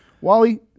Wally